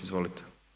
Izvolite.